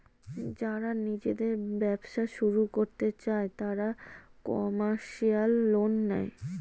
যারা নিজেদের ব্যবসা শুরু করতে চায় তারা কমার্শিয়াল লোন নেয়